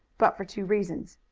but for two reasons.